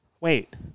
Wait